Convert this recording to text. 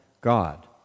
God